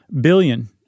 Billion